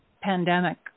pandemic